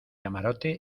camarote